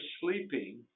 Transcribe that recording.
sleeping